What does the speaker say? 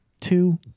two